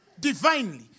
divinely